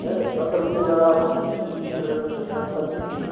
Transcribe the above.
हाँ दस रुपये का तो उसकी कीजिए